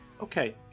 Okay